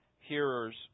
hearers